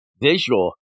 visual